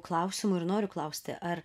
klausimu ir noriu klausti ar